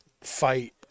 fight